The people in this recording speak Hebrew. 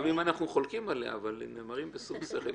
גם אם אנחנו חולקים עליה, הם נאמרים בשום שכל.